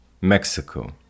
Mexico